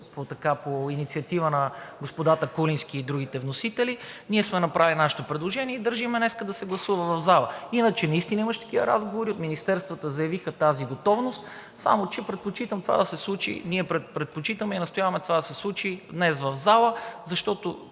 по инициатива на господата Куленски и другите вносители, ние сме направили нашето предложение и държим днес да се гласува в залата. Иначе наистина имаше такива разговори и от министерствата заявиха готовност, само че ние предпочитаме и настояваме това да се случи днес в залата.